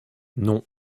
non